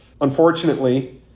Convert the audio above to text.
Unfortunately